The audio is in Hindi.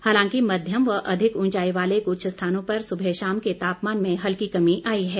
हालांकि मध्यम व अधिक ऊंचाई वाले कुछ स्थानों पर सुबह शाम के तापमान में हल्की कमी आई है